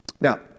Now